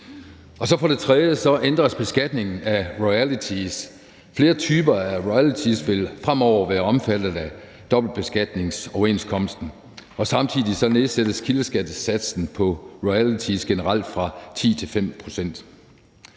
land. For det tredje ændres beskatningen af royalties. Flere typer af royalties vil fremover være omfattet af dobbeltbeskatningsoverenskomsten, og samtidig nedsættes kildeskattesatsen på royalties generelt fra 10 pct. til 5 pct.